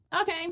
Okay